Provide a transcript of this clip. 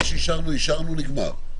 מה שאישרנו אישרנו, נגמר.